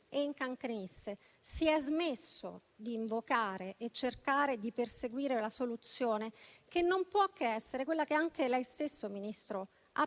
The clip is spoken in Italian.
e incancrenisce; si è smesso di invocare e cercare di perseguire la soluzione che non può che essere quella che anche lei stesso, signor Ministro, ha